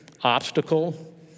obstacle